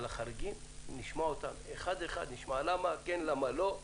את החריגים נשמע אחד-אחד למה כן ולמה לא.